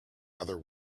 other